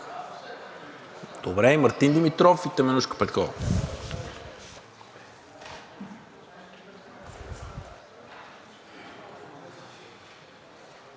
Божанков, Мартин Димитров и Теменужка Петкова.